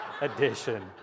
edition